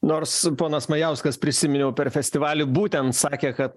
nors ponas majauskas prisiminiau per festivalį būtent sakė kad